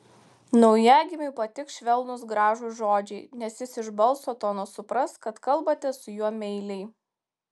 naujagimiui patiks švelnūs gražūs žodžiai nes jis iš balso tono supras kad kalbate su juo meiliai